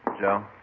Joe